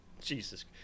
Jesus